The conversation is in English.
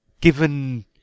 given